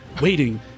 waiting